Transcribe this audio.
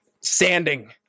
sanding